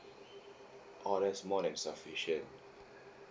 orh that's more than sufficient